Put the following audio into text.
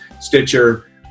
Stitcher